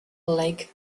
lake